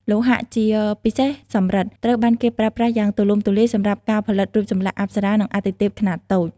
លោហៈ ជាពិសេសសំរិទ្ធ ត្រូវបានគេប្រើប្រាស់យ៉ាងទូលំទូលាយ សម្រាប់ការផលិតរូបចម្លាក់អប្សរា និងអាទិទេពខ្នាតតូច។